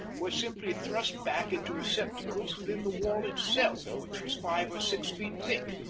were simply thrust back into receptacles within the wall itself, which was five or six feet thick.